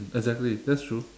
exactly that's true